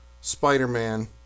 Spider-Man